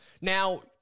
Now